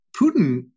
Putin